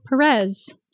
Perez